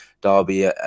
Derby